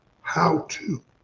how-to